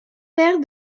père